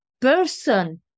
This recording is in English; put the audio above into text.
person